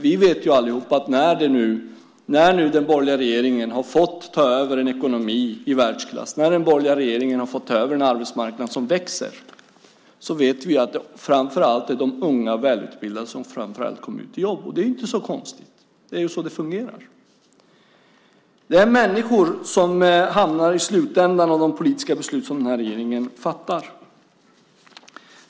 Vi vet ju allihop att det, när den borgerliga regeringen nu har fått ta över en ekonomi i världsklass och när den borgerliga regeringen har fått ta över en arbetsmarknad som växer, framför allt är de unga och välutbildade som kommer ut i jobb. Det är inte så konstigt. Det är så det fungerar. Det handlar om människor som hamnar i slutändan av de politiska beslut som den här regeringen fattar.